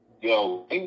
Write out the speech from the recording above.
Yo